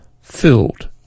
filled